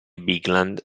bigland